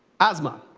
asthma.